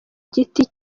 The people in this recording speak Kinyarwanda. giti